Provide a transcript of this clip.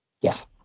yes